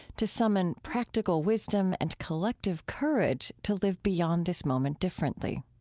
to summon practical wisdom and collective courage to live beyond this moment differently.